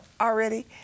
already